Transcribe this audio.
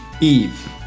eve